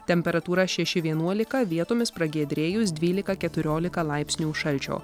temperatūra šeši vienuolika vietomis pragiedrėjus dvylika keturiolika laipsnių šalčio